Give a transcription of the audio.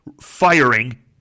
firing